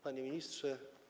Panie Ministrze!